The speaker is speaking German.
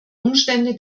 umstände